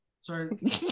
Sorry